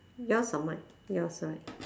yours or mine yours right